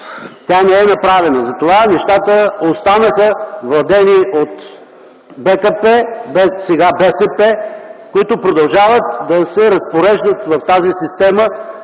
тя не е направена. Затова нещата останаха владение от БКП, днес БСП, които продължават да се разпореждат в тази система